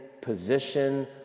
position